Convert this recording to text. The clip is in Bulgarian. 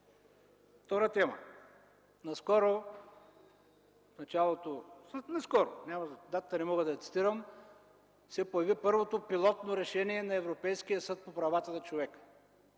Втора тема. Наскоро, не мога да цитирам датата, се появи първото пилотно решение на Европейския съд по правата на човека.